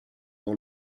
dans